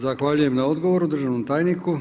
Zahvaljujem na odgovoru državnom tajniku.